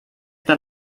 that